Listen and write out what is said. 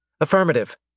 Affirmative